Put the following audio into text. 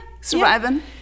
Surviving